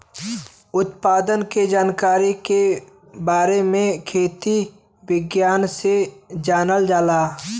उत्पादन के जानकारी के बारे में खेती विज्ञान से जानल जाला